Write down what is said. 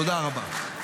תודה רבה.